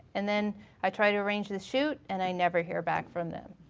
and then i try to arrange the shoot and i never hear back from them.